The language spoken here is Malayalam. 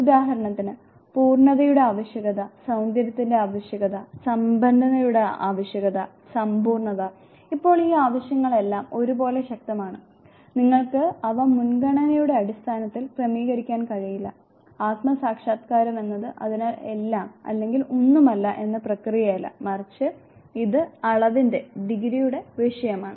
ഉദാഹരണത്തിന് പൂർണതയുടെ ആവശ്യകത സൌന്ദര്യത്തിന്റെ ആവശ്യകത സമ്പന്നതയുടെ ആവശ്യകത സമ്പൂർണ്ണത ഇപ്പോൾ ഈ ആവശ്യങ്ങളെല്ലാം ഒരുപോലെ ശക്തമാണ് നിങ്ങൾക്ക് അവ മുൻഗണനയുടെ അടിസ്ഥാനത്തിൽ ക്രമീകരിക്കാൻ കഴിയില്ല ആത്മ സാക്ഷാത്കാരം എന്നത് അതിനാൽ എല്ലാം അല്ലെങ്കിൽ ഒന്നുമല്ല എന്ന പ്രക്രിയയല്ല മറിച്ച് ഇത് അളവിന്റെ വിഷയമാണ്